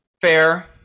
Fair